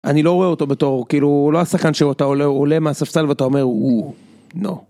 אני לא רואה אותו בתור כאילו הוא לא השחקן שהוא אתה עולה הוא עולה מהספסל ואתה אומר הוא. לא.